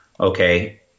Okay